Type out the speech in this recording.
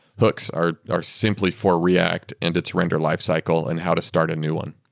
hooks are are simply for react and its render life cycle and how to start a new one